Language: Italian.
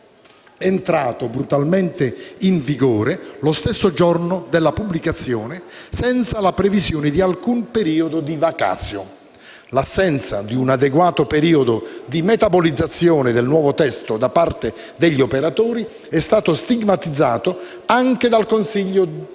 entrato brutalmente in vigore lo stesso giorno della pubblicazione, senza la previsione di alcun periodo di *vacatio*. L'assenza di un adeguato periodo di metabolizzazione del nuovo testo da parte degli operatori è stato stigmatizzato anche dal Consiglio di